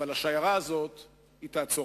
אבל השיירה הזאת תעצור.